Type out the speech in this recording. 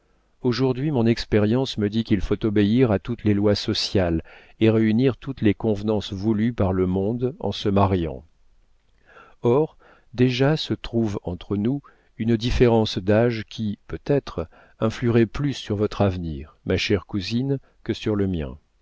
aujourd'hui mon expérience me dit qu'il faut obéir à toutes les lois sociales et réunir toutes les convenances voulues par le monde en se mariant or déjà se trouve entre nous une différence d'âge qui peut-être influerait plus sur votre avenir ma chère cousine que sur le mien